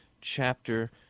chapter